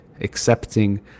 accepting